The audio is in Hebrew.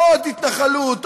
עוד התנחלות,